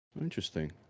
Interesting